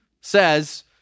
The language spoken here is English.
says